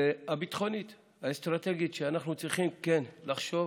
הביטחונית, האסטרטגית, ואנחנו צריכים לחשוב,